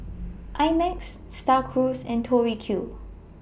I Max STAR Cruise and Tori Q